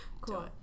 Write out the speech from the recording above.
cool